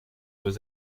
was